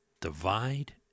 Divide